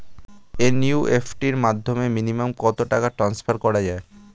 NEFT র মাধ্যমে minimum কত টাকা ট্রান্সফার করা যায়?